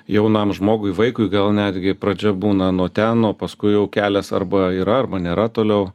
jaunam žmogui vaikui gal netgi pradžia būna nuo ten o paskui jau kelias arba yra arba nėra toliau